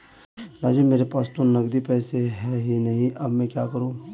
राजू मेरे पास तो नगदी पैसे है ही नहीं अब मैं क्या करूं